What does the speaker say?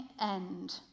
end